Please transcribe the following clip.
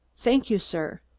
thank you, sir!